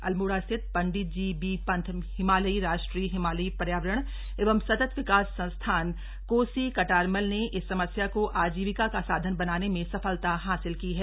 अल्मोड़ा स्थित पण्डित जी बी पन्त हिमालयी राष्ट्रीय हिमालयी पर्यावरण एवं सतत विकास संस्थान कोसी कटारमल ने इस समस्या को थ जीविका का साधन बनाने में सफलता हासिल की है